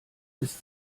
ist